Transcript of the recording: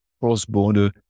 cross-border